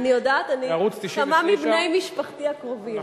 אני יודעת, כמה מבני משפחתי הקרובים.